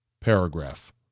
paragraph